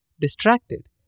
distracted